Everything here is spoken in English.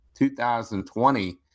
2020